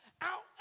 out